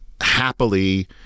happily